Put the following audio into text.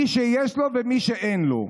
מי שיש לו ומי שאין לו: